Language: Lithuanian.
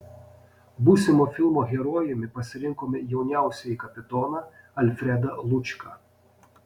būsimo filmo herojumi pasirinkome jauniausiąjį kapitoną alfredą lučką